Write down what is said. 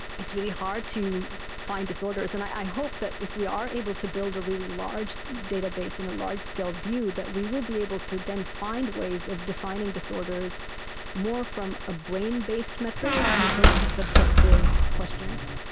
it's really hard to find disorders. and i hope that if we are able to build a really large database and a large-scale view, that we will be able to find ways of defining disorders more from a brain based metric as opposed to subjective questionnaires.